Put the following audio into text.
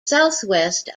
southwest